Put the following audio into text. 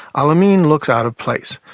alamin looks out of place,